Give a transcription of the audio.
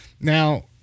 Now